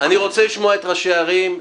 אני אשמע אתכם אחרי ראשי הערים.